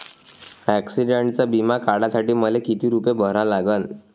ॲक्सिडंटचा बिमा काढा साठी मले किती रूपे भरा लागन?